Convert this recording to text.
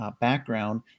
background